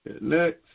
Next